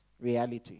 reality